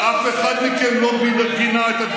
אתה מסית נגד המפגינים, אתם מסיתים.